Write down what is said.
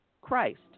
Christ